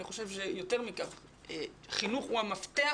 אני חושב יותר מכך, חינוך הוא המפתח